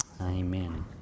amen